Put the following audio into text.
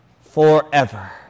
forever